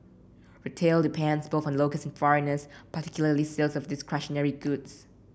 retail depends both on locals and foreigners particularly sales of discretionary goods